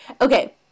Okay